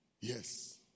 yes